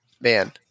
Man